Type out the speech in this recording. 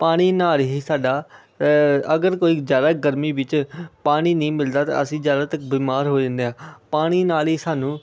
ਪਾਣੀ ਨਾਲ ਹੀ ਸਾਡਾ ਅਗਰ ਕੋਈ ਜ਼ਿਆਦਾ ਗਰਮੀ ਵਿੱਚ ਪਾਣੀ ਨਹੀਂ ਮਿਲਦਾ ਤਾਂ ਅਸੀਂ ਜ਼ਿਆਦਾਤਰ ਬਿਮਾਰ ਹੋ ਜਾਂਦੇ ਹਾਂ ਪਾਣੀ ਨਾਲ ਹੀ ਸਾਨੂੰ